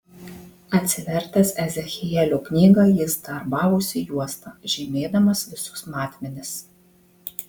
atsivertęs ezechielio knygą jis darbavosi juosta žymėdamas visus matmenis